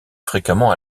fréquemment